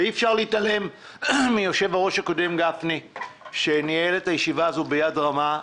אי אפשר להתעלם מיושב-הראש הקודם גפני שניהל את הישיבה הזאת ביד רמה.